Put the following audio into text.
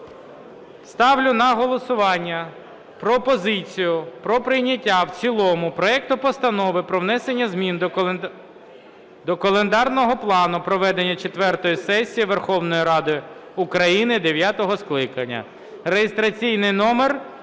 Ставлю на голосування пропозицію про прийняття в цілому проекту Постанови про внесення змін до календарного плану проведення четвертої сесії Верховної Ради України дев'ятого скликання